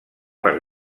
per